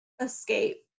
escape